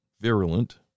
virulent